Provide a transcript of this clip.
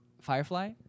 Firefly